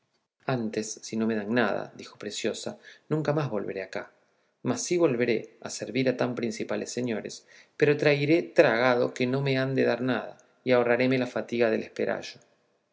antes si no me dan nada dijo preciosa nunca más volveré acá mas sí volveré a servir a tan principales señores pero trairé tragado que no me han de dar nada y ahorraréme la fatiga del esperallo